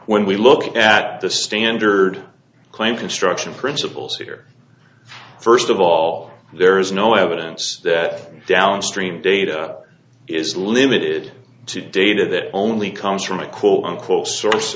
when we look at the standard claim construction principles here first of all there is no evidence that downstream data is limited to data that only comes from a quote unquote source